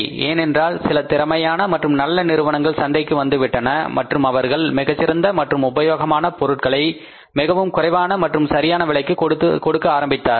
ஏனென்றால் சில திறமையான மற்றும் நல்ல நிறுவனங்கள் சந்தைக்கு வந்துவிட்டன மற்றும் அவர்கள் மிகச்சிறந்த மற்றும் உபயோகமான பொருட்களை மிகவும் குறைவான மற்றும் சரியான விலைக்கு கொடுக்க ஆரம்பித்தனர்